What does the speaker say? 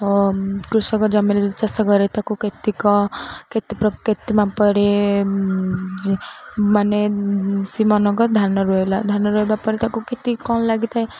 ଓ କୃଷକ ଜମି ଚାଷ କରେ ତାକୁ କେତେକ ପରେ ମାନେ ସିଏ ମନେ କର ଧାନ ରହିଲା ଧାନ ରହିବା ପରେ ତାକୁ କେତେକ କ'ଣ ଲାଗିଥାଏ